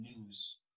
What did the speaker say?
News